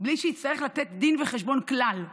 בלי שיצטרך לתת דין וחשבון כלל.